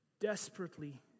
desperately